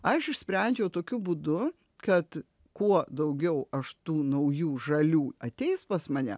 aš išsprendžiau tokiu būdu kad kuo daugiau aš tų naujų žalių ateis pas mane